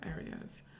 areas